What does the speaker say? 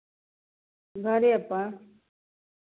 घरेपर